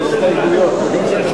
אדוני היושב-ראש,